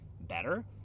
better